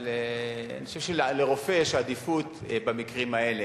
אני חושב שלרופא יש עדיפות במקרים האלה,